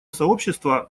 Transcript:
сообщества